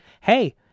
hey